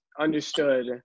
understood